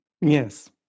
Yes